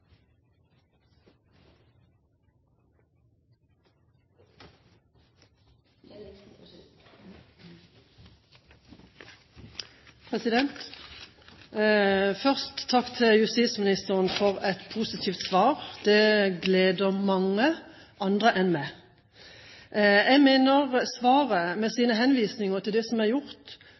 Først takk til justisministeren for et positivt svar. Det gleder mange – også andre enn meg. Jeg mener at svaret, med sine henvisninger til det som er gjort,